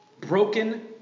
broken